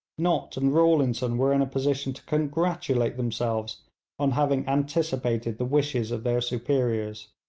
nott and rawlinson were in a position to congratulate themselves on having anticipated the wishes of their superiors.